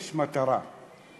יש מטרה לחוק.